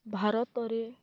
ଭାରତରେ